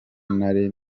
nari